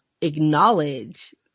acknowledge